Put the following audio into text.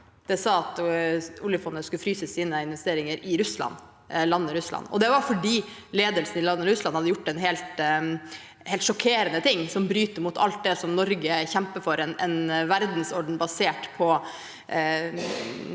Det sa at oljefondet skulle fryse sine investeringer i landet Russland. Det var fordi ledelsen i landet Russland hadde gjort en helt sjokkerende ting, som bryter med alt det Norge kjemper for – en verdensorden basert på